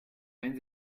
wenn